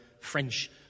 French